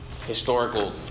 historical